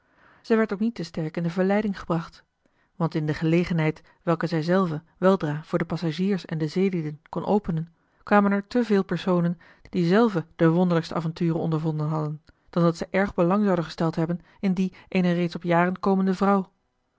zij werd ook niet te sterk in de verleiding gebracht want in de gelegenheid welke zij zelve weldra voor de passagiers en de zeelieden kon openen kwamen er te veel personen die zelve de wonderlijkste avonturen ondervonden hadden dan dat zij erg belang zouden gesteld hebben in die eener reeds op jaren komende vrouw